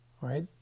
right